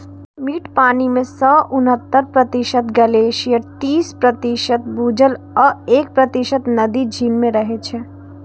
मीठ पानि मे सं उन्हतर प्रतिशत ग्लेशियर, तीस प्रतिशत भूजल आ एक प्रतिशत नदी, झील मे रहै छै